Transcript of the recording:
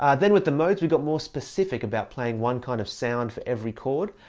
ah then with the modes, we got more specific about playing one kind of sound for every chord.